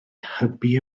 hybu